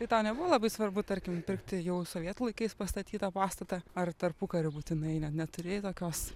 tai tau nebuvo labai svarbu tarkim pirkti jau sovietų laikais pastatytą pastatą ar tarpukariu būtinai ne neturėjai tokios